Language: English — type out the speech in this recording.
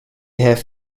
have